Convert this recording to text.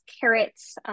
carrots